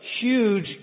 huge